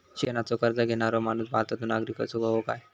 शिक्षणाचो कर्ज घेणारो माणूस भारताचो नागरिक असूक हवो काय?